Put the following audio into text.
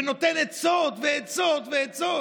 ונותן עצות ועצות ועצות.